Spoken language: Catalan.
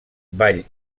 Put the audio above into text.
vall